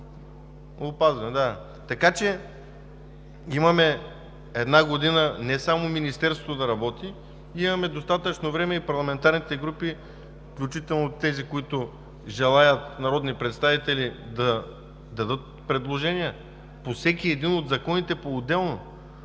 Така че имаме една година – не само Министерството да работи, но имаме достатъчно време и парламентарните групи, включително и тези народни представители, които желаят да дадат предложения по всеки един от законите поотделно.